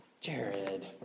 Jared